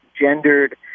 gendered